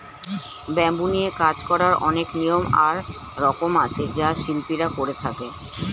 bamboo নিয়ে কাজ করার অনেক নিয়ম আর রকম আছে যা শিল্পীরা করে থাকে